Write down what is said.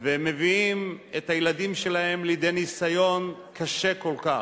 ומביאים את הילדים שלהם לידי ניסיון קשה כל כך.